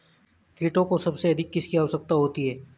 कीटों को सबसे अधिक किसकी आवश्यकता होती है?